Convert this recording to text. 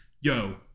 Yo